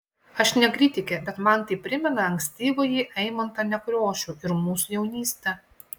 aš ne kritikė bet man tai primena ankstyvąjį eimuntą nekrošių ir mūsų jaunystę